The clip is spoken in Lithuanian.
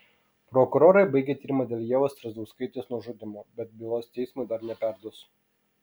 prokurorai baigė tyrimą dėl ievos strazdauskaitės nužudymo bet bylos teismui dar neperduos